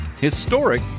historic